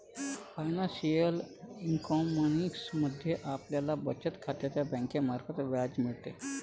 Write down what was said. financial economics मध्ये आपल्याला बचत खात्यावर बँकेमार्फत व्याज मिळते